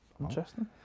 Interesting